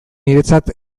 niretzat